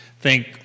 Think-